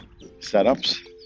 setups